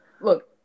Look